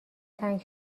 تنگ